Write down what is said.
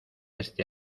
este